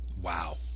wow